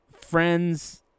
friends –